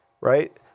right